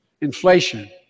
Inflation